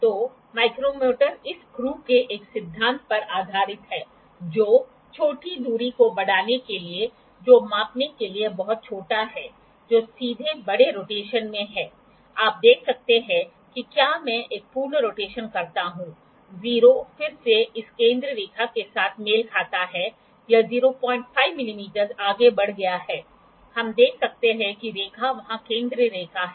तो माइक्रोमीटर इस स्क्रु के एक सिद्धांत पर आधारित है जो छोटी दूरी को बढ़ाने के लिए जो मापने के लिए बहुत छोटा है जो सीधे बड़े रोटेशन में हैं आप देख सकते हैं कि क्या मैं एक पूर्ण रोटेशन करता हूं 0 फिर से इस केंद्रीय रेखा के साथ मेल खाता हैयह 05 मिमी आगे बढ़ गया है हम देख सकते हैं कि रेखा वहाँ केंद्रीय रेखा है